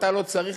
אתה לא צריך,